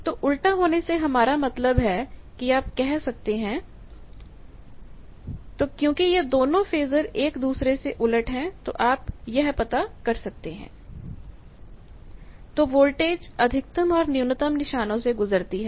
तो उल्टा होने से हमारा मतलब है कि आप यह कर सकते हैं तो क्योंकि यह दोनों फेजर एक दूसरे के उलट है तो आप यह पता कर सकते हैं तो वोल्टेज अधिकतम और न्यूनतम निशानों से गुजरती है